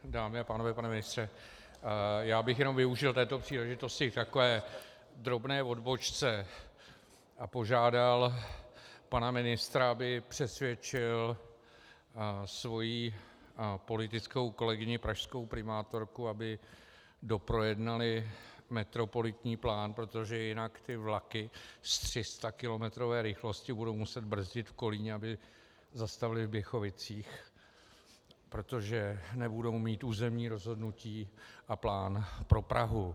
Dámy a pánové, pane ministře, já bych jenom využil této příležitosti k takové drobné odbočce a požádal pana ministra, aby přesvědčil svoji politickou kolegyni pražskou primátorku, aby doprojednali metropolitní plán, protože jinak ty vlaky z 300kilometrové rychlosti budou muset brzdit v Kolíně, aby zastavily v Běchovicích, protože nebudou mít územní rozhodnutí a plán pro Prahu.